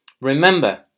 Remember